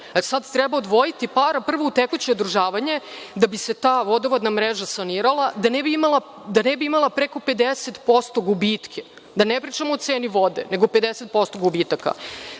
sad, treba odvojiti para prvo u tekuće održavanje da bi se ta vodovodna mreža sanirala, da ne bi imala preko 50% gubitke, da ne pričam o ceni vode, nego 50% gubitaka.